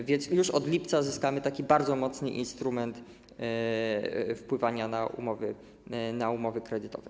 A więc już od lipca uzyskamy taki bardzo mocny instrument wpływania na umowy kredytowe.